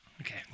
okay